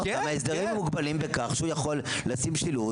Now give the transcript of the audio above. אבל ההסדרים מוגבלים בכך שהוא יכול לשים שילוט